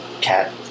cat